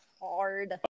hard